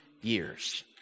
years